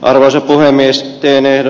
arvoisa puhemies vyner